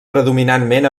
predominantment